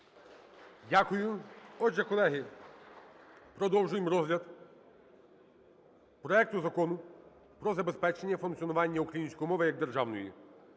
Дякую. Отже, колеги, продовжуємо розгляд проекту Закону про забезпечення функціонування української мови як державної.